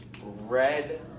red